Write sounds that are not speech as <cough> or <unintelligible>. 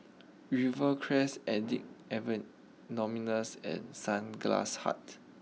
Rivercrest Addicts <unintelligible> and Sunglass Hut